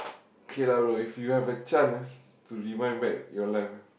okay lah bro if you have a chance ah to rewind back your life ah